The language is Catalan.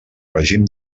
règim